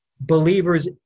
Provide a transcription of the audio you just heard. believers